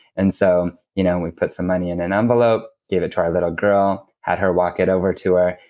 and so you know we put some money in an envelope, gave it to our little girl, had her walk it over to her,